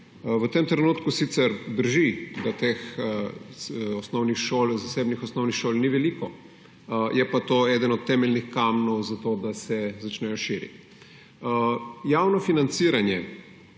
V tem trenutku sicer drži, da teh zasebnih osnovnih šol ni veliko, je pa to eden temeljnih kamnov za to, da se začnejo širiti. Javno financiranje